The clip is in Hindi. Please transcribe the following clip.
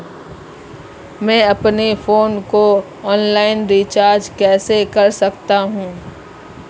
मैं अपने फोन को ऑनलाइन रीचार्ज कैसे कर सकता हूं?